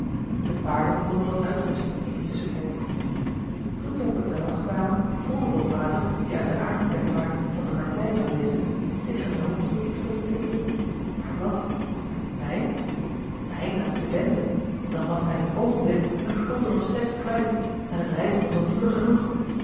de paarden konden wat uitrusten in dien tusschentijd toen zij op het terras kwamen voelde botwater die uit den aard der zaak van de partij zou wezen zich genoopt om iets te presenteeren maar wat wijn wijn aan studenten dan was hij in een oogenblik een gulden of zes kwijt en het reizen was al duur genoeg